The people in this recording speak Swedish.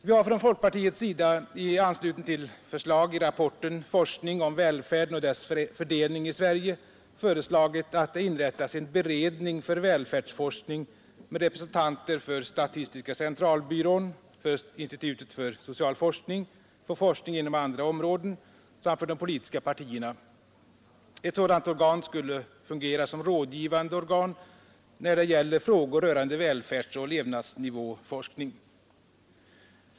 Vi har från folkpartiets sida i anslutning till förslag i rapporten Forskning om välfärden och dess fördelning i Sverige föreslagit att det inrättas en beredning för välfärdsforskning med representanter för statistiska centralbyrån, för institutet för social forskning, för forskning inom andra områden samt för de politiska partierna. Ett sådant organ skulle fungera som rådgivande organ när det gäller frågor rörande välfärdsoch levnadsnivåforskning.